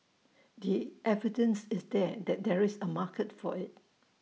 the evidence is there that there is A market for IT